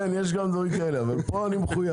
כן, יש גם דברים כאלה, אבל פה אני מחויב.